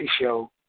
show